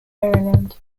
maryland